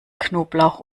knoblauch